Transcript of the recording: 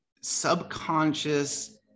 subconscious